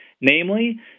namely